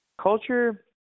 Culture